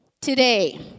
Today